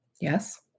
Yes